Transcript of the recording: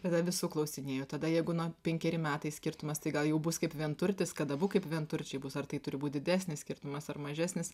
tada visų klausinėju tada jeigu na penkeri metai skirtumas tai gal jau bus kaip vienturtis kad abu kaip vienturčiai bus ar tai turi būt didesnis skirtumas ar mažesnis